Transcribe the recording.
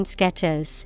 Sketches